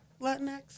Latinx